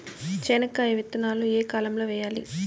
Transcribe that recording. చెనక్కాయ విత్తనాలు ఏ కాలం లో వేయాలి?